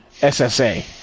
SSA